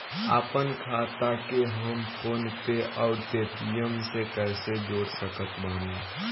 आपनखाता के हम फोनपे आउर पेटीएम से कैसे जोड़ सकत बानी?